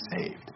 saved